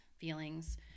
feelings